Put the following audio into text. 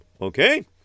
okay